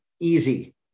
easy